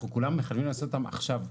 אנחנו כולנו חייבים לעשות את זה עכשיו.